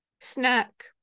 snack